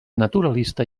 naturalista